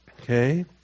Okay